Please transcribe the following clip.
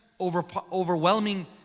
overwhelming